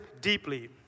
deeply